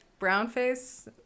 brownface